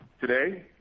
Today